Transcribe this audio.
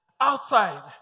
outside